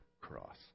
cross